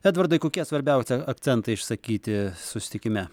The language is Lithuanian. edvardai kokie svarbiausi akcentai išsakyti susitikime